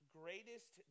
greatest